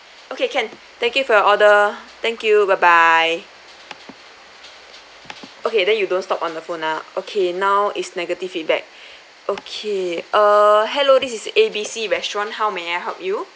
okay can thank you for your order thank you bye bye okay then you don't stop on the phone ah okay now is negative feedback okay err hello this is A_B_C restaurant how may I help you